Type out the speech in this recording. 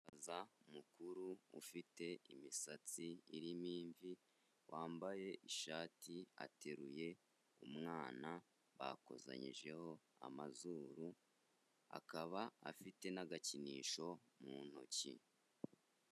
Umusaza mukuru ufite imisatsi irimo imvi wambaye ishati ateruye umwana bakozanyijeho amazuru akaba afite n'agakinisho mu ntoki.